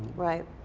right.